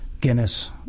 guinness